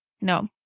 No